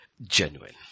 genuine